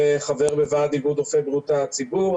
וחבר בוועד איגוד רופאי בריאות הציבור,